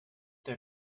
der